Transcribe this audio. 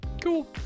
cool